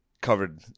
covered